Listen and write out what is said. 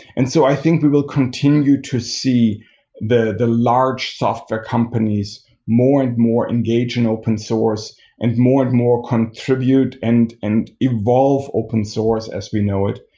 so i think we will continue to see the the large software companies more and more engaging open source and more and more contribute and and evolve open source as we know it.